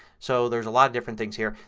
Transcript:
so there's a lot of different things here.